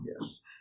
Yes